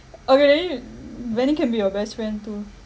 okay bennie bennie can be your best friend too